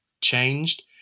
changed